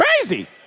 crazy